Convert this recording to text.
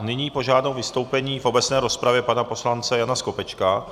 Nyní požádám o vystoupení v obecné rozpravě pana poslance Jana Skopečka.